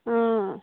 অঁ